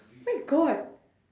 my god